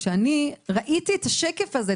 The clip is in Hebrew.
כשראיתי את השקף הזה,